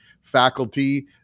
faculty